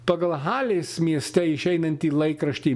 pagal halės mieste išeinantį laikraštį